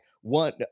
one